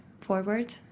forward